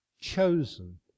chosen